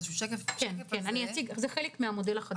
כן, זה חלק מהמודל החדש.